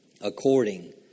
According